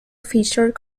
featured